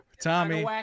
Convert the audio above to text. Tommy